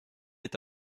est